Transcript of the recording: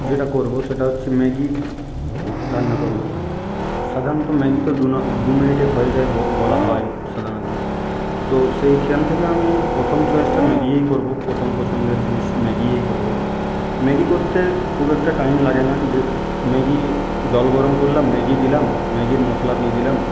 যেটা করবো সেটা হচ্ছে ম্যাগি রান্না করবো সাধারণত ম্যাগি তো দু দু মিনিটে হয়ে যায় বলা হয় সাধারণত তো সেখান থেকে আমি প্রথম চয়েসটা ম্যাগিই করবো প্রথম পছন্দের জিনিস ম্যাগিই করবো ম্যাগি করতে খুব একটা টাইম লাগে না যে ম্যাগি জল গরম করলাম ম্যাগি দিলাম ম্যাগির মশলা দিয়ে দিলাম